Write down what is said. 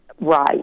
right